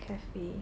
cafe